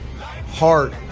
heart